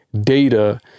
data